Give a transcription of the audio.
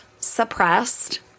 Suppressed